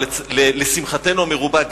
אבל לשמחתנו המרובה,